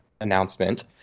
announcement